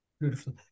Beautiful